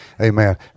Amen